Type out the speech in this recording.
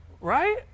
Right